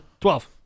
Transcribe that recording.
Twelve